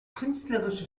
künstlerische